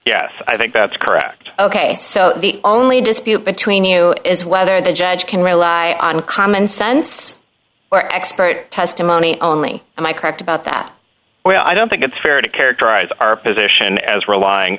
yes i think that's correct ok so the only dispute between you is whether the judge can rely on common sense or expert testimony only am i correct about that well i don't think it's fair to characterize our position as relying